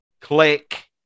Click